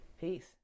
Peace